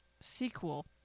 sequel